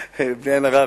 בלי עין הרע,